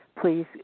please